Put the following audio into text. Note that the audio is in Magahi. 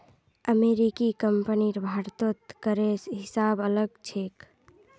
अमेरिकी कंपनीर भारतत करेर हिसाब अलग ह छेक